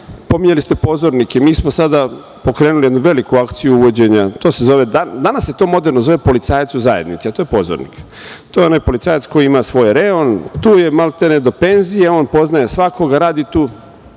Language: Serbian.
radi. Pominjali ste pozornike. Mi smo sada pokrenuli jednu veliku akciju uvođenja, danas se to moderno zove policajac u zajednici, a to je pozornik. To je onaj policajac koji ima svoj reon, tu je maltene do penzije. On poznaje svakoga, radi tu.